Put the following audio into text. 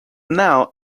now